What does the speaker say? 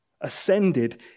ascended